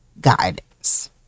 guidance